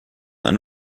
ein